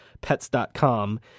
pets.com